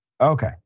okay